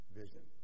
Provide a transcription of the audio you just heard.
vision